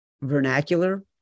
vernacular